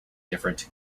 different